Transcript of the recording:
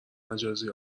مجازی